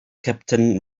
captain